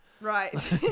Right